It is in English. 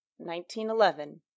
1911